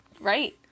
Right